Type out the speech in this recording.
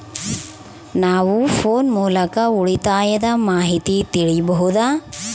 ನಾವು ಫೋನ್ ಮೂಲಕ ಉಳಿತಾಯದ ಮಾಹಿತಿ ತಿಳಿಯಬಹುದಾ?